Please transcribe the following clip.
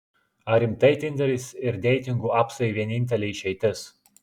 ar rimtai tinderis ir deitingų apsai vienintelė išeitis